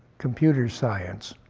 computer science.